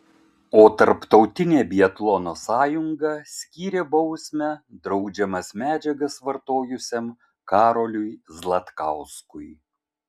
o tarptautinė biatlono sąjunga skyrė bausmę draudžiamas medžiagas vartojusiam karoliui zlatkauskui